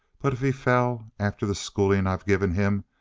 but if he fell, after the schooling i've given him,